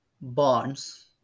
bonds